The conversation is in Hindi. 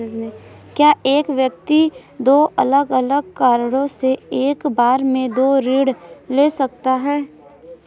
क्या एक व्यक्ति दो अलग अलग कारणों से एक बार में दो ऋण ले सकता है?